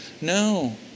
No